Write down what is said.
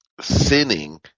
sinning